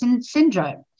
syndrome